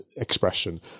Expression